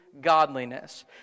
godliness